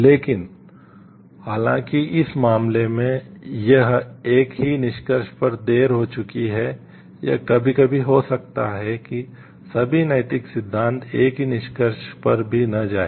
लेकिन हालांकि इस मामले में यह एक ही निष्कर्ष पर देर हो चुकी है यह कभी कभी हो सकता है कि सभी नैतिक सिद्धांत एक ही निष्कर्ष पर भी न जाएं